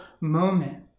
moment